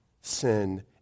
sin